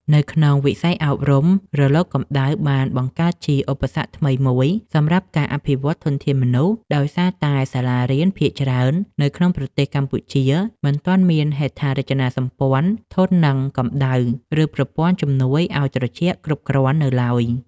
នៅក្នុងវិស័យអប់រំ រលកកម្ដៅបានបង្កើតជាឧបសគ្គថ្មីមួយសម្រាប់ការអភិវឌ្ឍធនធានមនុស្ស ដោយសារតែសាលារៀនភាគច្រើននៅក្នុងប្រទេសកម្ពុជាមិនទាន់មានហេដ្ឋារចនាសម្ព័ន្ធធន់នឹងកម្ដៅ ឬប្រព័ន្ធជំនួយឲ្យត្រជាក់គ្រប់គ្រាន់នៅឡើយ។